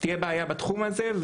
תהיה בעיה בתחום הזה,